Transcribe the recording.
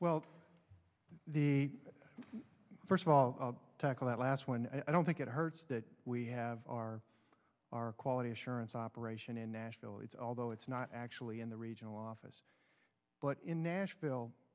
well the first of all tackle that last one i don't think it hurts that we have our our quality assurance operation in nashville it's although it's not actually in the regional office but in nashville